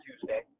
Tuesday